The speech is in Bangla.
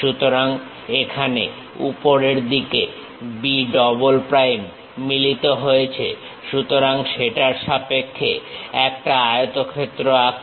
সুতরাং এখানে উপরের দিকে B ডবল প্রাইম মিলিত হয়েছে সুতরাং সেটার সাপেক্ষে একটা আয়তক্ষেত্র আঁকো